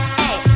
hey